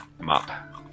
Map